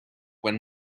when